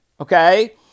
Okay